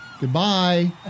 Goodbye